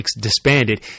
disbanded